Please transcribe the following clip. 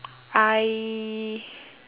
I